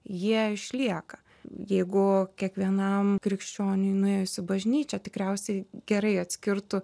jie išlieka jeigu kiekvienam krikščioniui nuėjus į bažnyčią tikriausiai gerai atskirtų